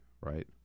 right